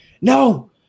No